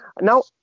Now